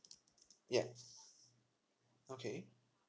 yes okay